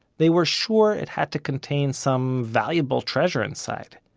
they were sure it had to contain some valuable treasure inside.